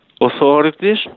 authorities